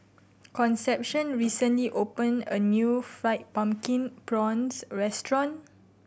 Concepcion recently opened a new Fried Pumpkin Prawns restaurant